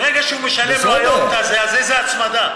ברגע שהוא משלם לו היום, אז איזו הצמדה?